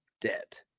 debt